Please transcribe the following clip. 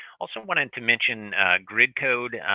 also wanted to mention grid code.